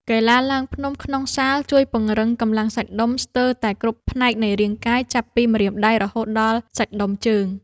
កីឡាឡើងភ្នំក្នុងសាលជួយពង្រឹងកម្លាំងសាច់ដុំស្ទើរតែគ្រប់ផ្នែកនៃរាងកាយ ចាប់ពីម្រាមដៃ រហូតដល់សាច់ដុំជើង។